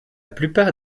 plupart